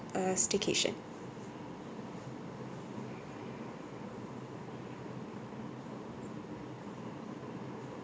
uh staycation